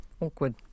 Awkward